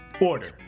order